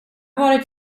varit